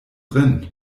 drin